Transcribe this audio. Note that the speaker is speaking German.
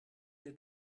mir